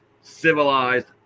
civilized